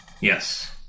Yes